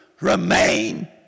remain